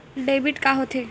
Debit का होथे?